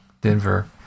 Denver